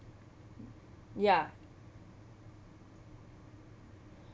ya